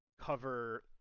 cover